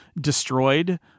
destroyed